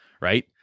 right